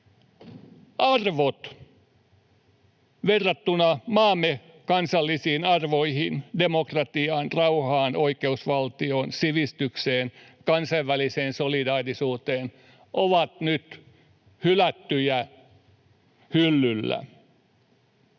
arvot verrattuna maamme kansallisiin arvoihin — demokratiaan, rauhaan, oikeusvaltioon, sivistykseen, kansainväliseen solidaarisuuteen — ovat nyt hylättyjä, hyllyllä.